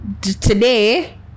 today